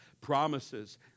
Promises